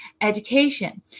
education